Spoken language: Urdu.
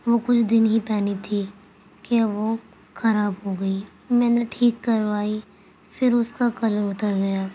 وہ کچھ دن ہی پہنی تھی کہ وہ خراب ہو گئی میں نے ٹھیک کروائی پھر اس کا کلر اتر گیا